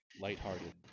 lighthearted